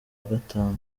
gatanu